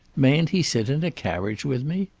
mayn't he sit in a carriage with me?